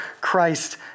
Christ